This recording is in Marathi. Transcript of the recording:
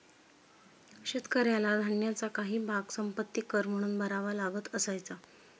शेतकऱ्याला धान्याचा काही भाग संपत्ति कर म्हणून भरावा लागत असायचा